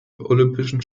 olympischen